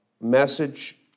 message